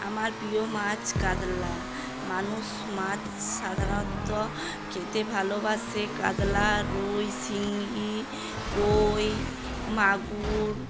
আমার প্রিয় মাছ কাতলা মানুষ মাছ সাধারণত খেতে ভালোবাসে কাতলা রুই শিঙ্গি কই মাগুর